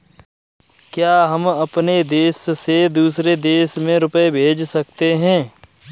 क्या हम अपने देश से दूसरे देश में रुपये भेज सकते हैं?